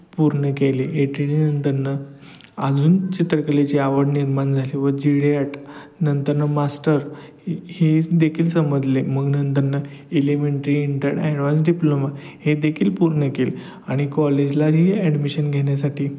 पूर्ण केले A T D नंतर नं अजून चित्रकलेची आवड निर्माण झाली व जेडेएट नंतर नं मास्टर हे ज देखील समजले मग नंतर नं इलिमेंटरी इंटर्ड अॅडव्हान्स डिप्लोमा हे देखील पूर्ण केले आणि कॉलेजलाही ॲडमिशन घेण्यासाठी